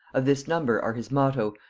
of this number are his motto,